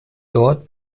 dort